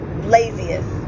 Laziest